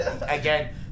again